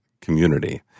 community